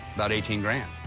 about eighteen grand.